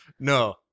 No